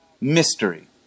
mystery